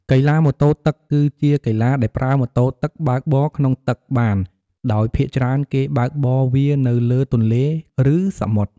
កីឡាម៉ូតូទឹក គឺជាកីឡាដែលប្រើម៉ូតូទឹកបើកបរក្នុងទឹកបានដោយភាគច្រើនគេបើកបរវានៅលើទន្លេ ឬសមុទ្រ។